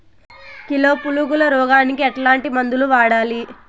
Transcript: Kilo పులుగుల రోగానికి ఎట్లాంటి మందులు వాడాలి?